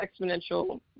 exponential